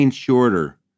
shorter